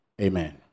Amen